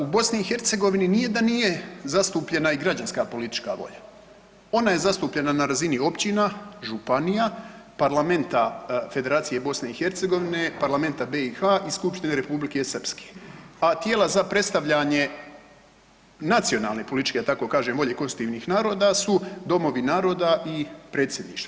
U BiH nije da nije zastupljena i građanska politička volja, ona je zastupljena na razini općina, županija, parlamenta Federacije BiH, parlamenta BiH i skupštine Republike Srpske, a tijela za predstavljanje nacionalne političke da tako kažem volje konstutivnih naroda su domovi naroda i predsjedništvo.